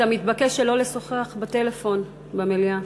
אתה מתבקש שלא לשוחח בטלפון במליאה.